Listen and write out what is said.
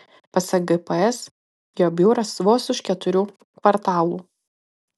pasak gps jo biuras vos už keturių kvartalų